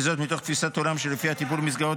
וזאת מתוך תפיסת עולם שלפיה טיפול במסגרות